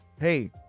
hey